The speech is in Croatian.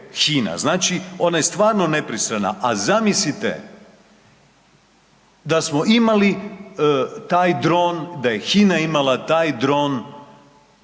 Znači ona je stvarno nepristrana a zamislite da smo imali taj dron, da je HINA imala taj dron,